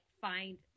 find